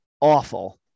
awful